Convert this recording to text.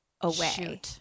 away